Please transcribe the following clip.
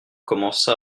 commença